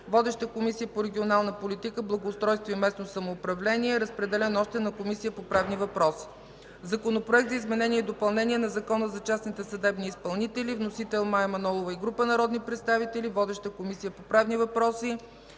Водеща е Комисията по регионална политика, благоустройство и местно самоуправление. Разпределен е и на Комисията по правни въпроси. Законопроект за изменение и допълнение на Закона за частните съдебни изпълнители. Вносител – Мая Манолова и група народни представители. Водеща е Комисията по правни въпроси.